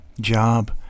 job